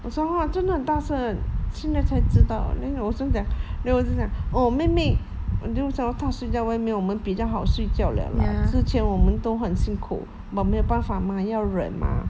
我说 hor 真的很大声现在才知道 then 我就讲 then 我就讲嗯妹妹你知道她睡在外面我们比较好睡觉了啦之前我们都很辛苦 but 没有办法要忍 mah